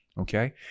Okay